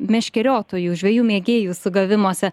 meškeriotojų žvejų mėgėjų sugavimuose